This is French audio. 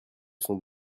son